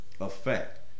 effect